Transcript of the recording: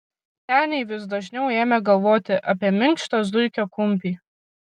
seniai vis dažniau ėmė galvoti apie minkštą zuikio kumpį